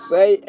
Say